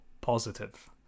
positive